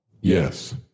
Yes